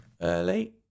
early